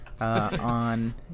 on